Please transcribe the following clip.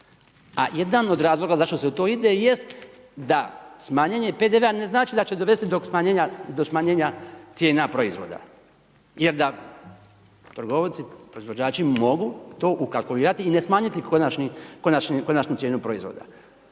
a jedan od razloga zašto se u to ide jest da smanjenje PDV-a ne znači da će dovesti do smanjenja cijena proizvoda jer da trgovci, proizvođači mogu to ukalkulirati i ne smanjiti konačnu cijenu proizvoda.